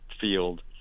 field